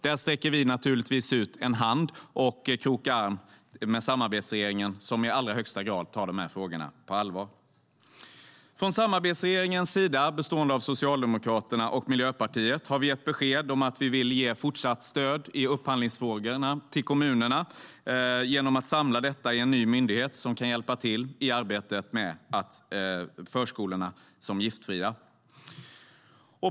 Där sträcker vi tillsammans med samarbetsregeringen, som i allra högsta grad tar dessa frågor på allvar, naturligtvis ut en hand och krokar arm. Från samarbetsregeringens sida, bestående av Socialdemokraterna och Miljöpartiet, har vi gett besked om att vi vill ge fortsatt stöd till kommunerna i upphandlingsfrågorna genom att samla det i en ny myndighet som kan hjälpa till i arbetet med att göra förskolorna giftfria.